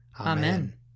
Amen